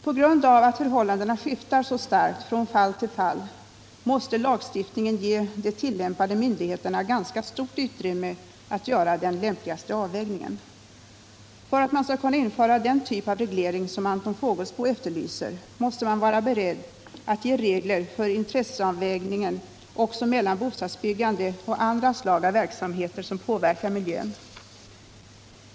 På grund av att förhållandena skiftar så starkt från fall till fall måste lagstiftningen ge de tillämpande myndigheterna ganska stort utrymme att göra den lämpligaste avvägningen. För att man skall kunna införa den typ av reglering som Anton Fågelsbo efterlyser måste man vara beredd att ge regler för intresseavvägningen också mellan bostadsbyggande och andra slag av verksamheter som påverkar miljön.